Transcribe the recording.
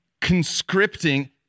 conscripting